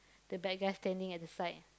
the bad guy standing at the side